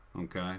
okay